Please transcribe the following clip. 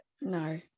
No